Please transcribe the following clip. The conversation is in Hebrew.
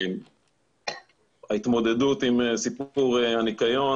ההתמודדות עם סיפור הניקיון